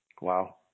wow